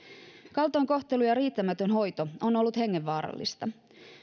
kaltoinkohtelu ja riittämätön hoito on ollut hengenvaarallista